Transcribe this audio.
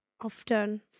often